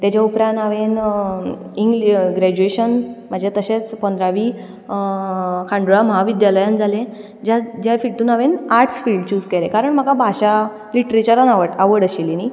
ताचे उपरांत हांवें ग्रेज्युएशन म्हजें तशेंच पंदरावी खांडोळा म्हाविद्यालयांत जालें ज्या ज्या हितून हांवें आर्ट्स फिल्ड चूज केलें कारण म्हाका भाशा लिटरेचरान आवड आशिल्ली न्ही